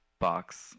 box